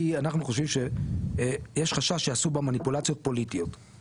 אנחנו חושבים שיש חשש שיעשו במניפולציות פוליטיות,